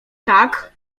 tak